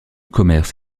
commerce